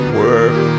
work